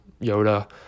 Yoda